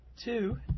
two